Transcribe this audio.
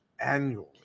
annually